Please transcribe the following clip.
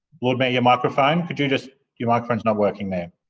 lord mayor, your microphone. could you just your microphone is not working there.